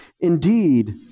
Indeed